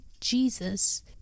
Jesus